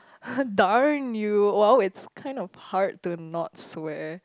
darn you well it's kind of hard to not swear